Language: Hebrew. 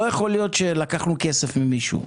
לא יכול להיות שלקחנו כסף ממישהו,